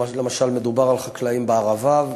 למשל מדובר על חקלאים בערבה,